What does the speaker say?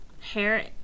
Hair